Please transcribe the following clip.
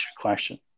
question